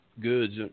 goods